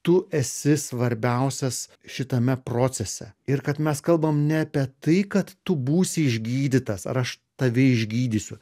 tu esi svarbiausias šitame procese ir kad mes kalbam ne apie tai kad tu būsi išgydytas ar aš tave išgydysiu